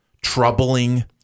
troubling